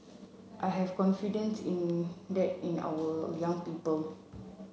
I have confidence in that in our young people